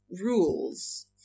rules